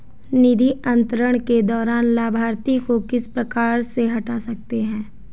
निधि अंतरण के दौरान लाभार्थी को किस प्रकार से हटा सकते हैं?